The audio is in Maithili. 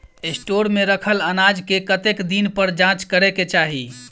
स्टोर मे रखल अनाज केँ कतेक दिन पर जाँच करै केँ चाहि?